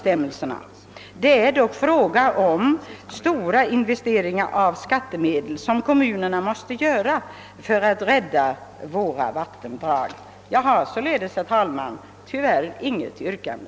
Kommunerna måste dock göra stora investeringar av skattemedel för att rädda våra vattendrag. Herr talman! Jag har således tyvärr inget yrkande.